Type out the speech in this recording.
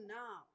now